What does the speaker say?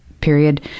period